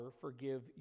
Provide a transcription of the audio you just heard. forgive